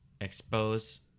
expose